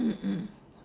mm mm